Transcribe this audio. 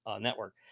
network